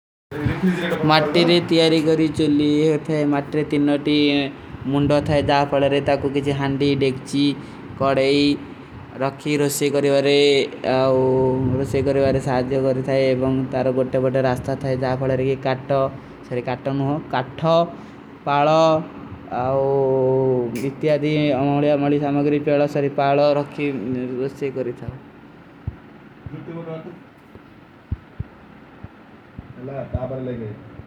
ମାତିରେ ତ୍ଯାରୀ କରୀ ଚୁଲୀ ଥା। ମାତିରେ ତିନନୁତି ମୁନ୍ଡୋ ଥାଂ। ଜାପଦରେ, କୋକିଛେ ହଂଡି ଧେକ୍ଚି କଡାଈ ରଖୀ ରଶ୍ଯେ କରୀ ଥା। ଅଵୂ। ରଶ୍ଯେ କରୀ ଥାଂ ପର ସାଜ୍ଯ କରୀ ଥା ଏବଂଗ ତାରଓ ଗୋଟେ ବୋଟା ରାସ୍ଠା ଥା। ଜାଫାଲେର କେ କାଠ, ପାଲା ଔର ଇତ୍ଯାଦୀ ଆମାଲୀ ଆମାଲୀ ସମଗରୀ ପେଲା ପାଲା ରଖି ରଶ୍ଚେ କରୀ ଥା।